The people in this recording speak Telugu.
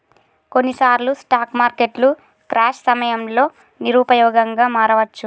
కొన్నిసార్లు స్టాక్ మార్కెట్లు క్రాష్ సమయంలో నిరుపయోగంగా మారవచ్చు